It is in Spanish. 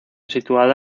situada